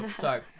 Sorry